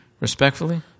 respectfully